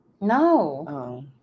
No